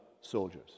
soldiers